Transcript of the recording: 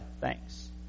Thanks